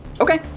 Okay